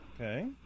Okay